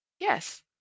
Yes